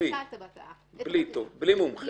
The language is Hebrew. בלי מומחה.